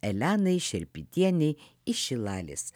elenai šerpytienei iš šilalės